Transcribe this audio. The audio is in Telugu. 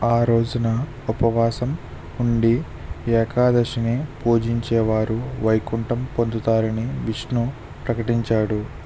ఆ రోజున ఉపవాసం ఉండి ఏకాదశిని పూజించే వారు వైకుంఠం పొందుతారని విష్ణు ప్రకటించాడు